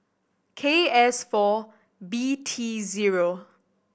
K S four B T zero